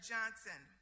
Johnson